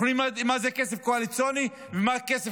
אנחנו יודעים מה זה כסף קואליציוני ומה כסף